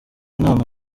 inama